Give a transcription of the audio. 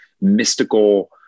mystical